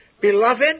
Beloved